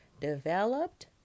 developed